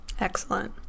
Excellent